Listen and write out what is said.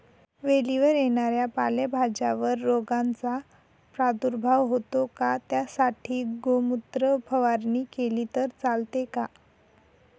वेलीवर येणाऱ्या पालेभाज्यांवर रोगाचा प्रादुर्भाव होतो का? त्यासाठी गोमूत्र फवारणी केली तर चालते का?